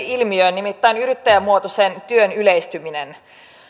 ilmiöön nimittäin yrittäjämuotoisen työn yleistymiseen